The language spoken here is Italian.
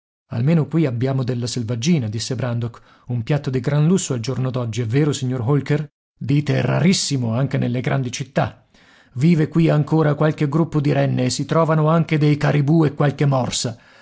almeno qui abbiamo della selvaggina disse brandok un piatto di gran lusso al giorno d'oggi è vero signor holker dite rarissimo anche nelle grandi città vive qui ancora qualche gruppo di renne e si trovano anche dei caribou e qualche morsa